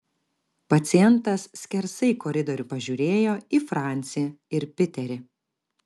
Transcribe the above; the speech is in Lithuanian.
pacientas skersai koridorių pažiūrėjo į francį ir piterį